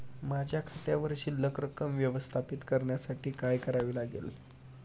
माझ्या खात्यावर शिल्लक रक्कम व्यवस्थापित करण्यासाठी काय करावे लागेल?